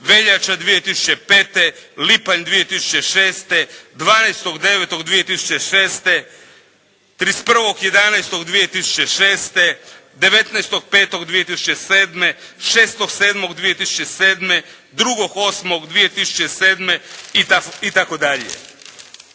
Veljača 2005., lipanj 2006., 12.9.2006., 31.11.2006., 19.5.2007., 6.7.2007., 2.8.2007. i